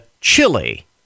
chili